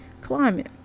climate